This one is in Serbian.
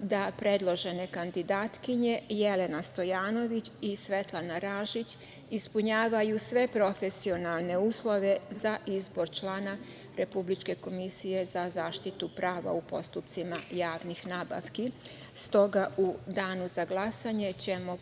da predložene kandidatkinje Jelena Stojanović i Svetlana Ražić ispunjavaju sve profesionalne uslove za izbor člana republičke Komisije za zaštitu prava u postupcima javnih nabavki, stoga ćemo u danu za glasanje